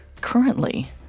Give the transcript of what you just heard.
Currently